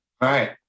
Right